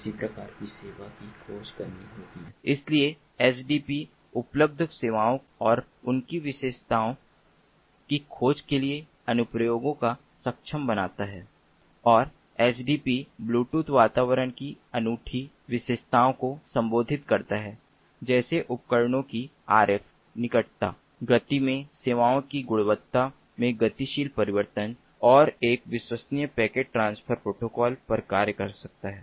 किसी प्रकार की सेवा की खोज करनी होगी इसलिए एसडीपी उपलब्ध सेवाओं और उनकी विशेषताओं की खोज के लिए अनुप्रयोगों को सक्षम बनाता है और एसडीपी ब्लूटूथ वातावरण की अनूठी विशेषताओं को संबोधित करता है जैसे उपकरणों की आरएफ निकटता गति में सेवाओं की गुणवत्ता में गतिशील परिवर्तन और एक विश्वसनीय पैकेट ट्रांसफर प्रोटोकॉल पर कार्य कर सकता है